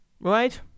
Right